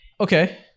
Okay